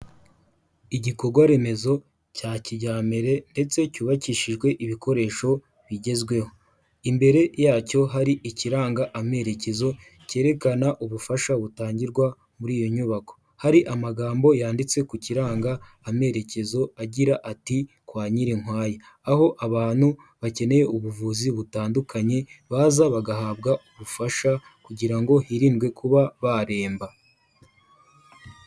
Igikorwa remezo cya kijyambere ndetse cyubakishijwe ibikoresho bigezweho, imbere yacyo hari ikiranga amerekezo cyerekana ubufasha butangirwa muri iyo nyubako, hari amagambo yanditse ku kiranga amerekezo agira ati 'kwa Nyirinkwaya", aho abantu bakeneye ubuvuzi butandukanye baza bagahabwa ubufasha kugira ngo hirindwe kuba baremba.